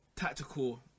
tactical